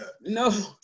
no